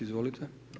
Izvolite.